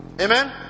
amen